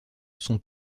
son